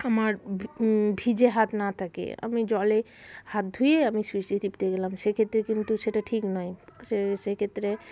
আমার ভিজে হাত না থাকে আমি জলে হাত ধুয়ে আমি সুইচটি টিপতে গেলাম সে ক্ষেত্রে কিন্তু সেটা ঠিক নয় সে ক্ষেত্রে